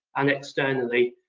and externally.